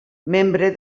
membre